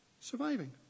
surviving